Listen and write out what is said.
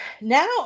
now